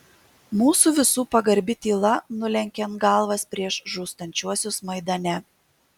mūsų visų pagarbi tyla nulenkiant galvas prieš žūstančiuosius maidane